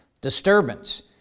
disturbance